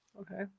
Okay